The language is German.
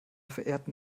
verehrten